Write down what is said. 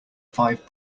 five